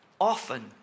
often